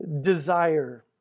desire